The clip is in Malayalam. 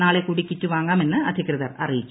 നാളെ കൂടി കിറ്റ് വാങ്ങാമെന്ന് അധികൃതർ അറിയിച്ചു